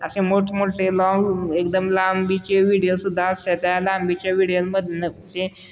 असे मोठमोठे लाँग एकदम लांबीचे विडीओसुद्धा असते त्या लांबीच्या विडियोंमधून ते